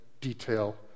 detail